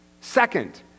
Second